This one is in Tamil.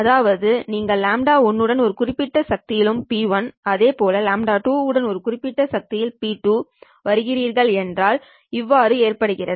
அதாவது நீங்கள் λ1 உடன் ஒரு குறிப்பிட்ட சக்தியிலும் P1 அதே போல் λ2 உடன் ஒரு குறிப்பிட்ட சக்தியிலும் P2 வருகிறீர்கள் என்றால் இவ்வாறு ஏற்படுகிறது